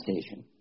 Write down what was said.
station